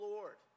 Lord